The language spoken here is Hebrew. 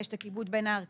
יש את הכיבוד בין הערכאות,